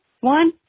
one